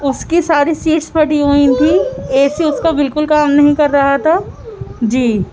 اس کی ساری سیٹس پہ بھی ہوئی تھیں اے سی اس کا بالکل کام نہیں کررہا تھا جی